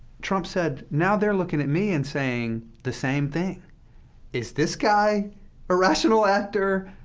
trump said now they're looking at me and saying the same thing is this guy a rational actor?